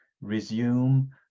resume